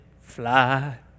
fly